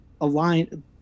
align